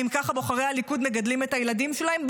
ככה בוחרי הליכוד מגדלים את הילדים שלהם,